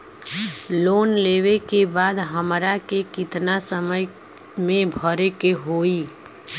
Loan लेवे के बाद हमरा के कितना समय मे भरे के होई?